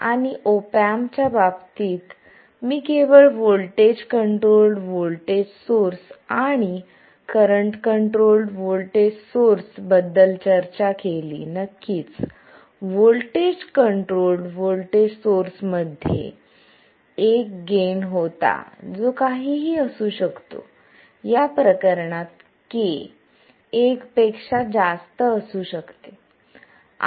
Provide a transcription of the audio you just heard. आणि ऑप एम्पच्या बाबतीत मी केवळ व्होल्टेज कंट्रोल्ड व्होल्टेज सोर्स आणि करंट कंट्रोल्ड व्होल्टेज सोर्स बद्दल चर्चा केली नक्कीच व्होल्टेज कंट्रोल्ड व्होल्टेज सोर्स मध्ये एक गेन होता जो काहीही असू शकतो या प्रकरणात k एक पेक्षा जास्त असू शकते